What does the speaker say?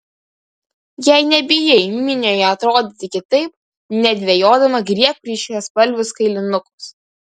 jei nebijai minioje atrodyti kitaip nedvejodama griebk ryškiaspalvius kailinukus